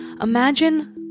imagine